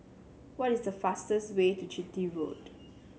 what is the fastest way to Chitty Road